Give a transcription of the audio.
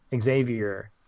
xavier